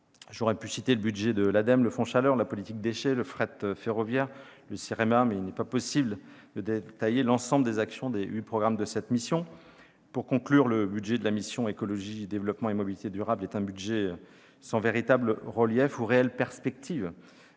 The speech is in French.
J'aurais pu citer le budget de l'ADEME, le Fonds chaleur, la politique des déchets, le fret ferroviaire, le CEREMA, mais il n'est pas possible de détailler l'ensemble des actions des huit programmes de cette mission. Pour conclure, le budget de la mission « Écologie, développement et mobilités durables » est un budget sans véritable relief ou réelles perspectives.